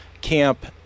camp